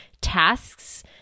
tasks